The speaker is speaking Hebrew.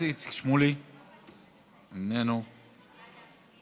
כבוד היושב-ראש,